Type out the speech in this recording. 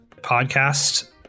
podcast